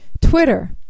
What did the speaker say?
Twitter